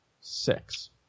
Six